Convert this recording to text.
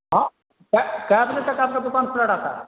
آں کے کے بجے تک آپ کا دکان کھلا ڑہتا ہے